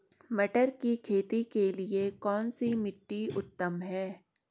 मटर की खेती के लिए कौन सी मिट्टी उत्तम है?